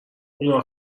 اونها